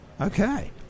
Okay